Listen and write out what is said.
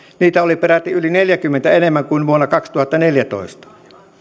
niitä oli peräti yli neljänkymmenen enemmän kuin vuonna kaksituhattaneljätoista